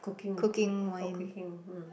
cooking for for cooking mm